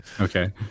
Okay